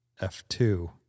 F2